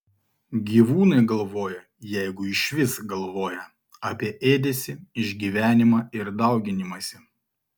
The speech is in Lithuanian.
gyvūnai galvoja jeigu išvis galvoja apie ėdesį išgyvenimą ir dauginimąsi